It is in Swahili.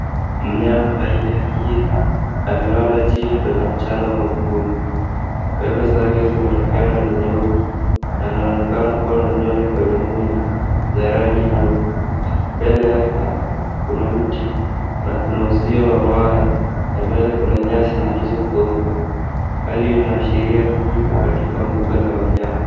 Mnyama aina ya ngiri amelala chini kwenye mchanga mwekundu. Pembe zake zimetokea na ni nyeupe na anaonekana kuwa na nywele kwenye mwili za rangi nyeupe. Mbele yake, kuna mti na kuna uzio wa waya, na mbele kuna nyasi zilizokauka. Hali inaashiria yuko katika mbuga la wanyama.